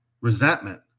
Resentment